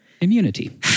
immunity